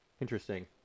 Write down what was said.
Interesting